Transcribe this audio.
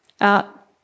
out